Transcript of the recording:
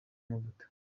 amavuta